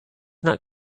not